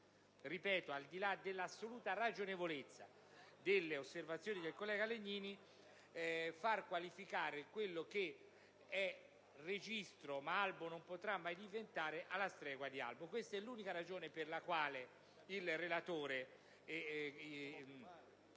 ripeto, al di là dell'assoluta ragionevolezza delle osservazioni del collega Legnini - potrebbe far qualificare quello che è il registro, ma albo non potrà mai diventare, alla stregua di albo. Questa è l'unica ragione per la quale il relatore